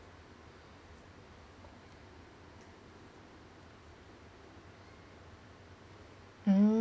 mm~